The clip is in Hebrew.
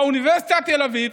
באוניברסיטת תל אביב,